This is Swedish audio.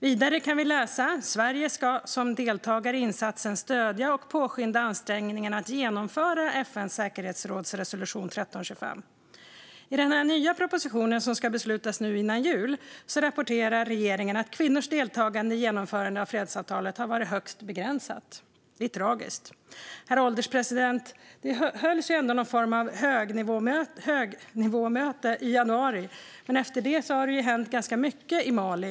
Vidare kunde vi läsa att Sverige som deltagare i insatsen ska stödja och påskynda ansträngningarna att genomföra FN:s säkerhetsråds resolution 1325. I den nya propositionen som ska beslutas före jul rapporterar regeringen att kvinnors deltagande i genomförandet av fredsavtalet varit högst begränsat. Det är tragiskt. Herr ålderspresident! Det hölls ändå någon form av högnivåmöte i januari, men efter det har det hänt ganska mycket i Mali.